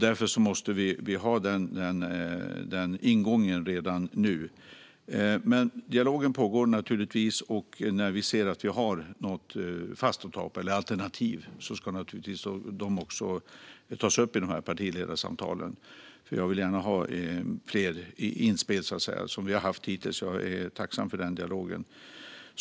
Därför måste vi ha en sådan ingång redan nu. Det pågår en dialog, och när vi ser att vi har något fast att ta på eller alternativ ska det naturligtvis tas upp i partiledarsamtalen. Jag vill gärna ha fler inspel, som vi har haft hittills. Jag är tacksam för dialogen.